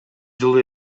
жылы